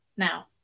now